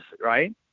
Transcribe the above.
right